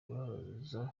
kubabaza